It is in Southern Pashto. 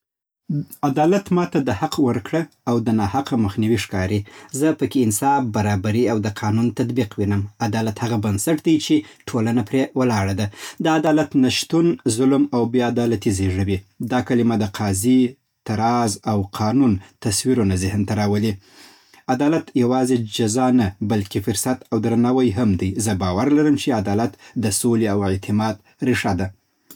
عدالت ماته د حق ورکړه او د ناحقه مخنیوی ښکاري. زه پکې انصاف، برابري، او د قانون تطبیق وینم. عدالت هغه بنسټ دی چې ټولنه پرې ولاړه ده. د عدالت نه شتون، ظلم او بې‌عدالتي زېږوي. دا کلمه د قاضي، تراز او قانون تصویرونه ذهن ته راولي. عدالت یوازې جزا نه، بلکې فرصت او درناوی هم دی. زه باور لرم چې عدالت د سولې او اعتماد ریښه ده.